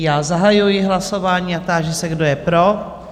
Já zahajuji hlasování a táži se, kdo je pro?